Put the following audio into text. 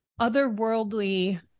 otherworldly